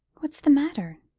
what's the matter?